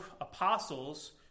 apostles